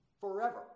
forever